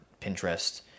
Pinterest